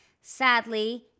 sadly